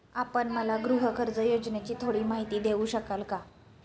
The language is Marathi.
आपण मला गृहकर्ज योजनेची थोडी माहिती देऊ शकाल का?